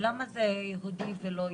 --- למה זה יהודי ולא יהודי?